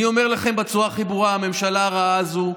אני אומר לכם בצורה הכי ברורה: הממשלה הרעה הזאת,